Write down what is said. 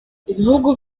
ibihugu